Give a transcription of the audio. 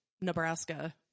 nebraska